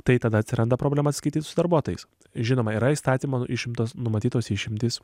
tai tada atsiranda problema atsiskaityt su darbuotojais žinoma yra įstatymo išimtos numatytos išimtys